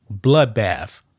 bloodbath